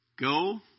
go